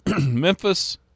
Memphis